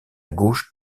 gauche